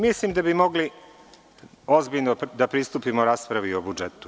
Mislim da bi mogli ozbiljno da pristupimo raspravi o budžetu.